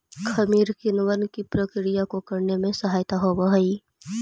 खमीर किणवन की प्रक्रिया को करने में सहायक होवअ हई